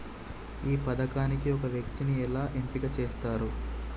ఈ పథకానికి ఒక వ్యక్తిని ఎలా ఎంపిక చేస్తారు?